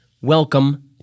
Welcome